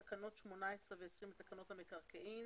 תקנות 18 ו-20 לתקנות המקרקעין.